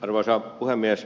arvoisa puhemies